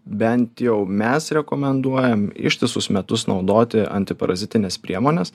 bent jau mes rekomenduojam ištisus metus naudoti antiparazitines priemones